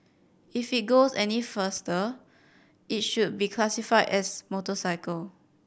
if it goes any faster it should be classify as motorcycle